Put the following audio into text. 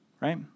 right